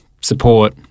support